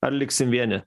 ar liksim vieni